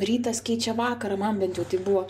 rytas keičia vakarą man ben jau taip buvo